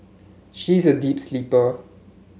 he is a deep sleeper